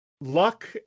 Luck